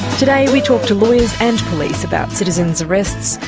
today we talk to lawyers and police about citizen's arrests,